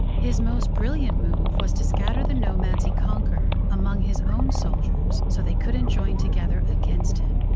his most brilliant move was to scatter the nomads he conquered among his own soldiers so they couldn't join together against him.